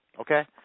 Okay